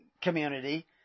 community